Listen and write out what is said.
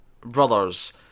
brothers